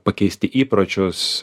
pakeisti įpročius